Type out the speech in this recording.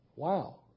wow